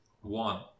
One